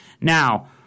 Now